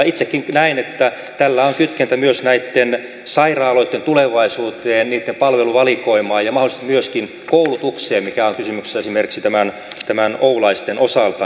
itsekin näen että tällä on kytkentä myös näitten sairaaloitten tulevaisuuteen ja niitten palveluvalikoimaan ja mahdollisesti myöskin koulutukseen mikä on kysymyksessä esimerkiksi tämän oulaisten osalta